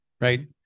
right